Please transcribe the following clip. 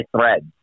threads